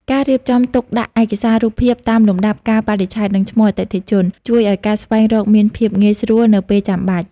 ការរៀបចំទុកដាក់ឯកសាររូបភាពតាមលំដាប់កាលបរិច្ឆេទ និងឈ្មោះអតិថិជន ជួយឱ្យការស្វែងរកមានភាពងាយស្រួលនៅពេលចាំបាច់។